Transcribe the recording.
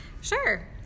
Sure